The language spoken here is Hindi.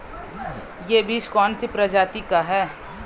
यह बीज कौन सी प्रजाति का है?